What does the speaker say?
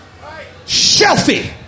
selfie